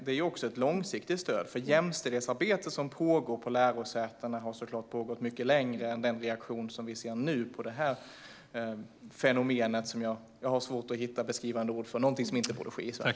Det är också ett långsiktigt stöd, för jämställdhetsarbetet på lärosätena har förstås pågått mycket längre än den reaktion vi nu ser på detta fenomen, som jag har svårt att hitta beskrivande ord för - något som inte borde ske i Sverige.